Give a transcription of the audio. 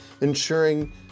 ensuring